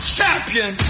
champion